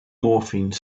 morphine